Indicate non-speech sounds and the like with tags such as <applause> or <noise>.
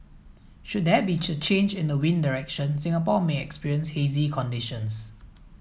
should there be <unintelligible> change in the wind direction Singapore may experience hazy conditions